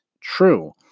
true